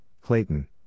Clayton